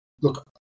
Look